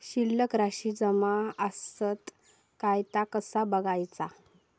शिल्लक राशी जमा आसत काय ता कसा बगायचा?